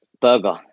Burger